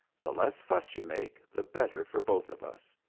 the less fuss you make, the better for both of us.